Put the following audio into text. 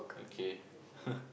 okay